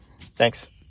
Thanks